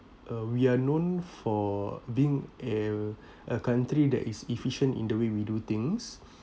uh we're known for being uh a country that is efficient in the way we do things